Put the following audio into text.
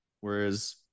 whereas